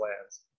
lands